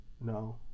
No